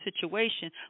situation